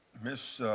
miss